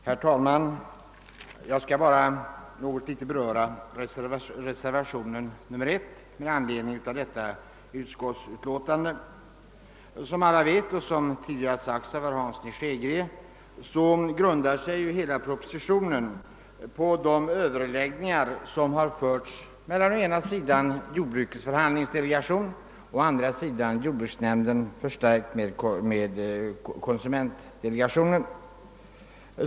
Herr talman! Jag skall bara något litet beröra reservationen 1. Som alla vet och som herr Hansson i Skegrie tidigare sagt, grundar sig hela propositionen på de överläggningar som har förts mellan jordbrukets förhandlingsdelegation och jordbruksnämnden, förstärkt med konsumentdelegationen.